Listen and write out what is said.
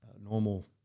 normal